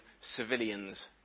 civilians